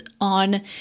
on